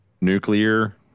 nuclear